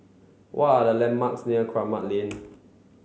what are the landmarks near Kramat Lane